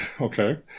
okay